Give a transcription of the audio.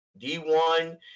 D1